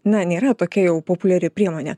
na nėra tokia jau populiari priemonė